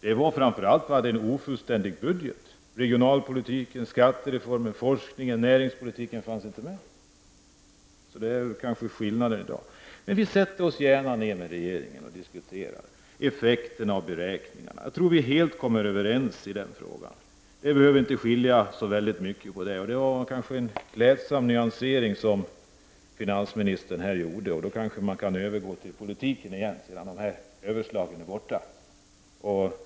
Det berodde framför allt på att regeringens budget var ofullständig. Regionalpolitiken, skattereformen, forskningen och näringspolitiken fanns inte med. Det är skillnad i dag. Vi i vänsterpartiet sätter oss gärna ner med regeringen och diskuterar effekterna och beräkningarna. Jag tror att vi kommer helt överens i den frågan. Det behöver inte skilja så väldigt mycket. Det var en klädsam nyansering som finansministern här gjorde, och vi kanske kan övergå till politiken igen när dessa överslag är borta.